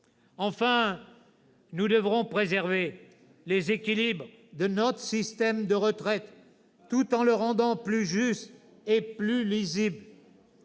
Enfin, nous devrons préserver les équilibres de notre système de retraites, tout en le rendant plus juste et plus lisible.